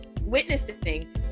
witnessing